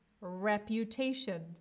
reputation